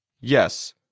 Yes